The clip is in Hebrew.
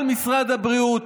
על משרד הבריאות.